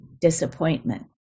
disappointment